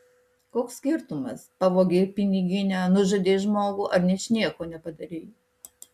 koks skirtumas pavogei piniginę nužudei žmogų ar ničnieko nepadarei